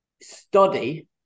study